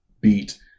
beat